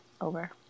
over